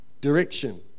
direction